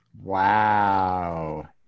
Wow